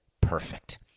perfect